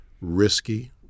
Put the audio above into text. risky